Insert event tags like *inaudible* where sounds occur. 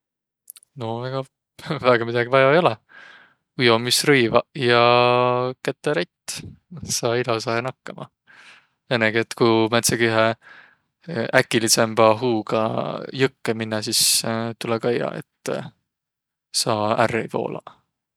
No ega väega midägi vaia ei olõq. Ujomisrõivaq ja käterätt, saa ilosahe nakkama. Õnnõgi, et ku määndsegihe *hesitation* äkilidsembä huuga jõkkõ minnäq, sis *hesitation* tulõ kaiaq, et saq ärq ei vuulaq.